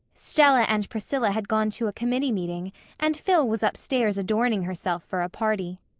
stella and priscilla had gone to a committee meeting and phil was upstairs adorning herself for a party.